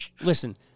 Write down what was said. listen